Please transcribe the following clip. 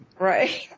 Right